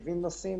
70 נוסעים,